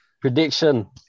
Prediction